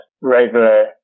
regular